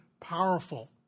powerful